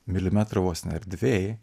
milimetrą vos ne erdvėj